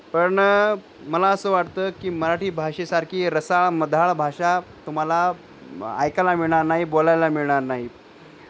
पण मला असं वाटतं की मराठी भाषेसारखी रसाळ मधाळ भाषा तुम्हाला ऐकायला मिळणार नाही बोलायला मिळणार नाही